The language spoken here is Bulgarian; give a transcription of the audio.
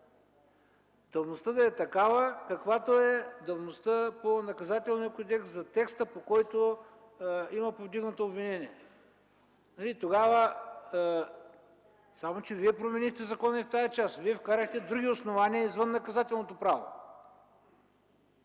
давността да е такава, каквато е давността по Наказателния кодекс за текста, по който има повдигнато обвинение. Само че Вие променихте закона и в тази част – вкарахте други основания извън наказателното право,